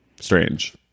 strange